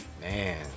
Man